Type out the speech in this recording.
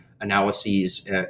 analyses